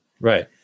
Right